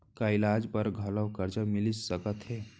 का इलाज बर घलव करजा मिलिस सकत हे?